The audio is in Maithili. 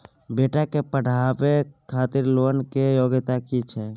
बेटा के पढाबै खातिर लोन के योग्यता कि छै